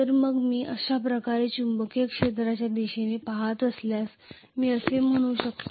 तर मग मी अशा प्रकारे चुंबकीय क्षेत्राच्या दिशेने पहात असल्यास मी असे म्हणू शकते